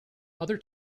other